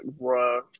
bro